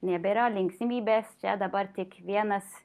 nebėra linksmybės čia dabar tik vienas